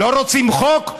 לא רוצים חוק?